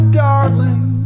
darling